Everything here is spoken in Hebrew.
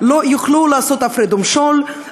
לא יוכלו לעשות הפרד ומשול,